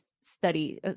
study